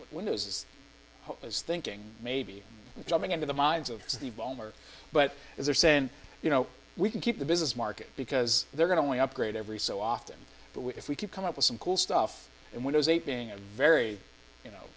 windows is hope is thinking maybe jumping into the minds of the bomber but if they're saying you know we can keep the business market because they're going to we upgrade every so often but what if we could come up with some cool stuff and windows eight being a very you know